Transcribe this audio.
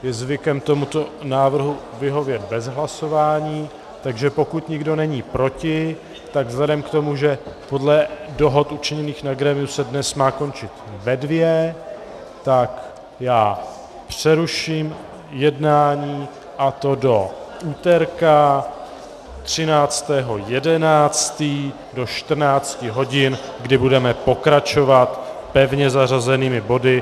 Je zvykem tomuto návrhu vyhovět bez hlasování, takže pokud nikdo není proti, tak vzhledem k tomu, že podle dohod učiněných na grémiu se dnes má končit ve 14 hodin, tak já přeruším jednání, a to do úterka 13. 11. do 14 hodin, kdy budeme pokračovat pevně zařazenými body.